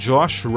Josh